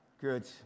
Good